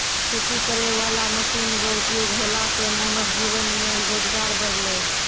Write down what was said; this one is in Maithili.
खेती करै वाला मशीन रो उपयोग होला से मानब जीवन मे रोजगार बड़लै